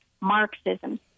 Marxism